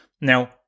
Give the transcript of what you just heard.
Now